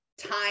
Time